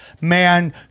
man